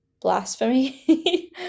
blasphemy